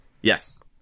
Yes